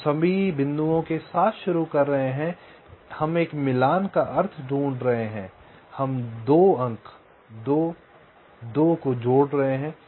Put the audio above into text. हम सभी बिंदुओं के साथ शुरू कर रहे हैं हम एक मिलान का अर्थ ढूंढ रहे हैं हम 2 अंक 2 2 को जोड़ रहे हैं